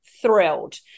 thrilled